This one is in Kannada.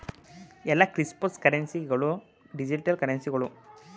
ಎಲ್ಲಾ ಕ್ರಿಪ್ತೋಕರೆನ್ಸಿ ಗಳು ಡಿಜಿಟಲ್ ಕರೆನ್ಸಿಗಳು